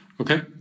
Okay